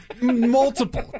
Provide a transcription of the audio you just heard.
multiple